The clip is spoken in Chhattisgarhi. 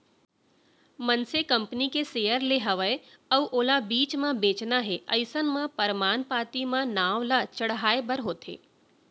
मनसे कंपनी के सेयर ले हवय अउ ओला बीच म बेंचना हे अइसन म परमान पाती म नांव ल चढ़हाय बर होथे